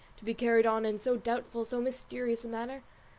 to be carried on in so doubtful, so mysterious a manner!